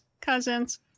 cousins